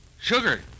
Sugar